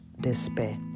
despair